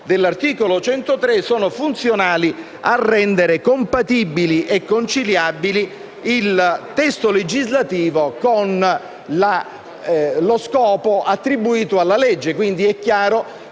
dell'articolo 103, sono funzionali a rendere compatibile e conciliabile il testo legislativo con lo scopo attribuito alla legge. Quindi, è chiaro